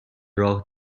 راه